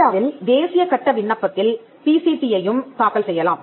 இந்தியாவில் தேசிய கட்ட விண்ணப்பத்தில் பிசிடியையும் தாக்கல் செய்யலாம்